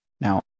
Now